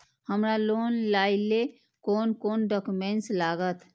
हमरा लोन लाइले कोन कोन डॉक्यूमेंट लागत?